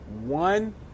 one